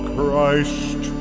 Christ